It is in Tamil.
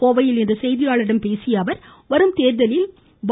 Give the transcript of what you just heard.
கோவையில் இன்று செய்தியாளர்களிடம் பேசிய அவர் வரும் தேர்தலில் பா